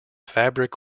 fabric